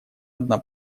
одна